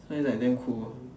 so it's like damn cool